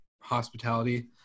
hospitality